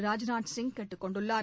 ராஜ்நாத் சிங் கேட்டுக் கொண்டுள்ளார்